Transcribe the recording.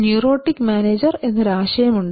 neurotic manager എന്നൊരു ആശയം ഉണ്ട്